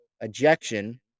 ejection